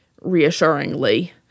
reassuringly